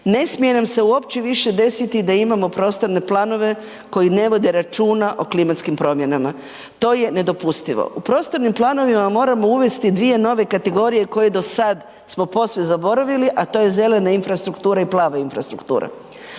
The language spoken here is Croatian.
Ne smije sam se uopće više desiti da imamo prostorne planove koji ne vode računa o klimatskim promjenama. To je nedopustivo. U prostornim planovima moramo uvesti dvije nove kategorije koje do sad smo posve zaboravili, a to je zelena infrastruktura i plava infrastruktura.